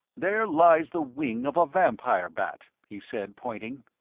there lies the wing of a vampire bat, he said, pointing,